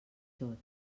tot